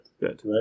Good